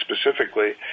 specifically